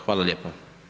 Hvala lijepa.